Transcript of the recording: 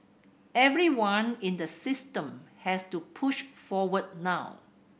everyone in the system has to push forward now